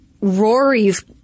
Rory's